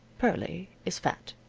pearlie is fat.